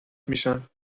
میشن